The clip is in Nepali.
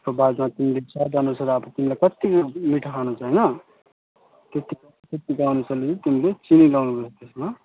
त्यसको बादमा तिमीले स्वादअनुसार अब तिमीलाई कत्तिको मिठो खानु छ होइन त्यत्ति त्यत्तिको अनुसारले तिमीले चिनी लगाउनुपर्छ त्यसमा